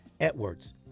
Edwards